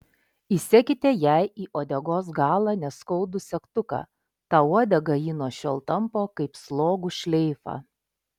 įsekite jai į uodegos galą neskaudų segtuką tą uodegą ji nuo šiol tampo kaip slogų šleifą